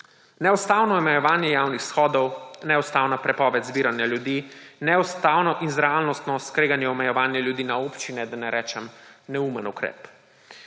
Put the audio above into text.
Neustavno omejevanje javnih shodov, neustavna prepoved zbiranja ljudi, neustavno in z realnostjo skregano omejevanje ljudi na občine, da ne rečem neumen ukrep.